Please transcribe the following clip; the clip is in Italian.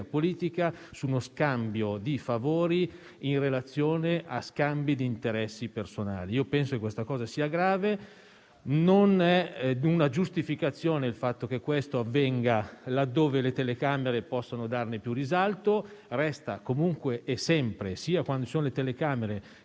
politica su uno scambio di favori, in relazione a scambi di interessi personali. Penso che questa cosa sia grave: non è una giustificazione il fatto che questo avvenga quando le telecamere possono dare più risalto; resta comunque e sempre, sia quando ci sono le telecamere,